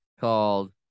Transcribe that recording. called